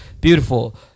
Beautiful